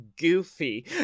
Goofy